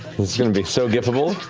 is going to be so gif-able.